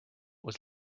was